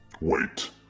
Wait